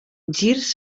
girs